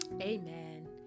Amen